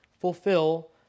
fulfill